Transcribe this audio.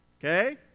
okay